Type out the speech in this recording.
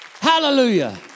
Hallelujah